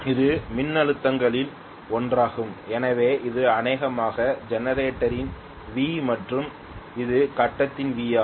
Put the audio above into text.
இது மின்னழுத்தங்களில் ஒன்றாகும் எனவே இது அநேகமாக ஜெனரேட்டரின் v மற்றும் இது கட்டத்தின் v ஆகும்